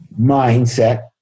mindset